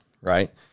Right